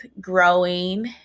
growing